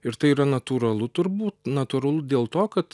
ir tai yra natūralu turbūt natūralu dėl to kad